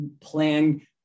plan